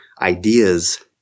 ideas